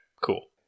cool